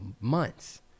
months